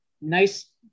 nice